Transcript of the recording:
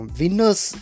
winners